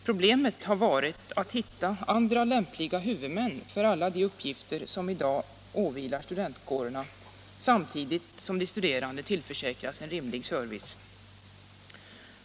Problemet har varit att hitta andra lämpliga huvudmän för alla de uppgifter som i dag åvilar studentkårerna samtidigt som de studerande tillförsäkras en rimlig ser vice.